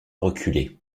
reculer